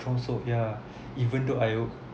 tromso ya even though I